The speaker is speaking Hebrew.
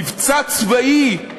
מבצע צבאי,